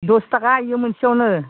दस थाखा इयो मोनसेयावनो